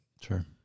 Sure